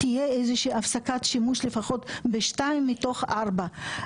תהיה איזושהי הפסקת שימוש בשתיים מתוך ארבע,